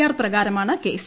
R പ്രകാരമാണ് case